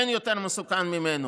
אין יותר מסוכן ממנו: